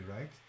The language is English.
right